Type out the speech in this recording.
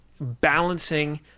balancing